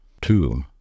two